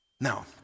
Now